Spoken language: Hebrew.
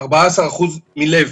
14% מלב.